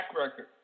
record